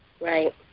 Right